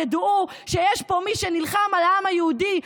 ידעו שיש פה מי שנלחם על העם היהודי,